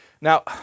Now